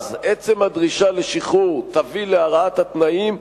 ואז עצם הדרישה לשחרור תביא להרעת התנאים,